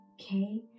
Okay